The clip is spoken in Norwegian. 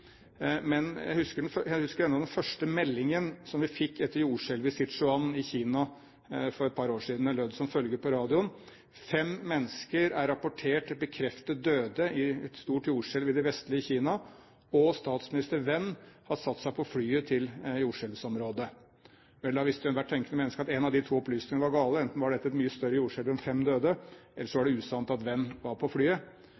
jeg husker ennå den første meldingen vi fikk etter jordskjelvet i Sichuan i Kina for et par år siden. Det lød som følger på radioen: Fem mennesker er rapportert bekreftet døde i et stort jordskjelv i det vestlige Kina, og statsminister Wen har satt seg på flyet til jordskjelvområdet. Vel, da visste ethvert tenkende menneske at en av de to opplysningene var gale. Enten var dette et mye større jordskjelv enn at fem døde, eller så